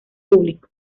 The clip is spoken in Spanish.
público